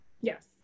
Yes